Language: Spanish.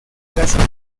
gracias